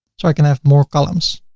so i can have more columns.